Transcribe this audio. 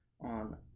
on